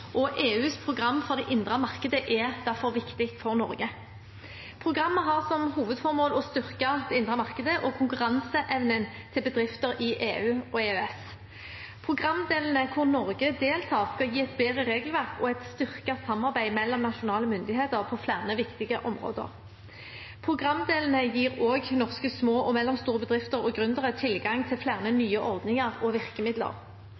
og EUs program for det indre markedet er derfor viktig for Norge. Programmet har som hovedformål å styrke det indre markedet og konkurranseevnen til bedrifter i EU og EØS. Programdelene der Norge deltar, skal gi et bedre regelverk og et styrket samarbeid mellom nasjonale myndigheter på flere viktige områder. Programdelene gir også norske små og mellomstore bedrifter og gründere tilgang til flere nye ordninger og virkemidler.